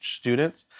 students